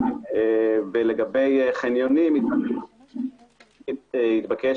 ולגבי חניונים, התבקש